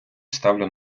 ставлю